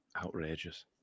Outrageous